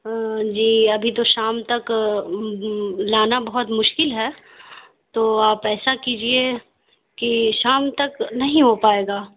ہاں جی ابھی تو شام تک لانا بہت مشکل ہے تو آپ ایسا کیجیے کہ شام تک نہیں ہو پائے گا